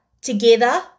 together